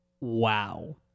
Wow